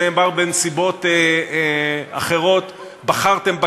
באים ומסבים את הדבר הזה אחורה בלי אפילו להסתכל